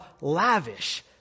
lavish